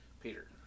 Peter